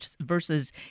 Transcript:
versus